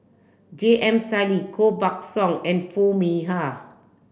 J M Sali Koh Buck Song and Foo Mee Har